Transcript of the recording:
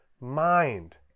Mind